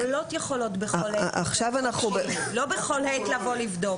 לא בכל עת לבוא לבדוק.